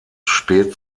spät